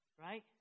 right